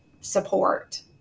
support